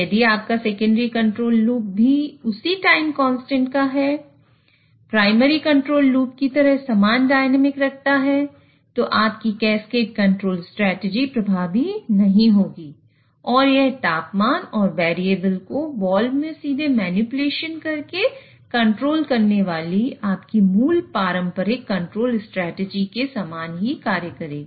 यदि आपका secondary loop भी उसी टाइम कांस्टेंट प्रभावी नहीं होगी और यह तापमान और वेरिएबल को वाल्व में सीधे मैनिपुलेशन करके कंट्रोल करने वाली आपकी मूल पारंपरिक कंट्रोल स्ट्रेटजी के समान कार्य करेगी